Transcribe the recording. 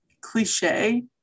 cliche